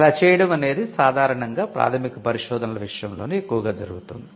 ఇలా చేయడమనేది సాధారణంగా ప్రాథమిక పరిశోధనల విషయంలోనే ఎక్కువగా జరుగుతుంది